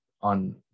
on